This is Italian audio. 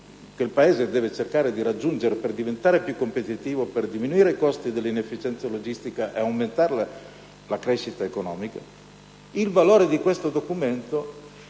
Il valore di questo documento